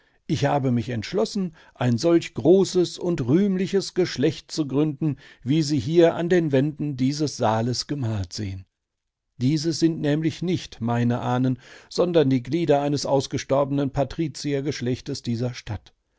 ich habe mich entschlossen ein solch großes und rühmliches geschlecht zu gründen wie sie hier an den wänden dieses saales gemalt sehen dieses sind nämlich nicht meine ahnen sondern die glieder eines ausgestorbenen patriziergeschlechtes dieser stadt